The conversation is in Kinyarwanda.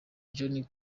john